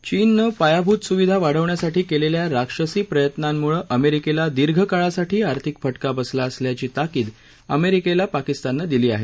चीननं पायाभूत सुविधा वाढवण्यासाठी केलेल्या राक्षसी प्रयत्नांमुळे अमेरिकेला दीर्घकाळासाठी आर्थिक फटका बसला असल्याची ताकीद अमेरिकेला पाकिस्ताननं दिली आहे